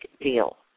deal